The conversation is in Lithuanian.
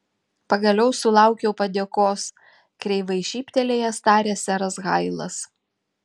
pagaliau sulaukiau padėkos kreivai šyptelėjęs tarė seras hailas